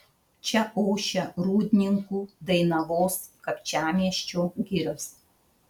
čia ošia rūdninkų dainavos kapčiamiesčio girios